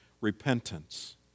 repentance